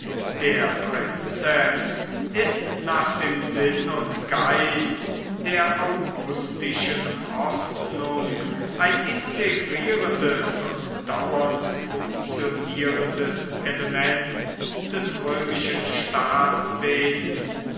der prinzeps ist nach dem sinn und geist der augustischen ordnung ein integrierendes und dauernd funktionierendes element des römischen